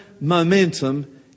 momentum